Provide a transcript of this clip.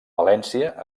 valència